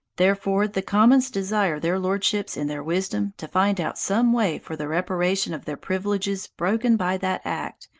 therefore, the commons desire their lordships in their wisdom to find out some way for the reparation of their privileges broken by that act,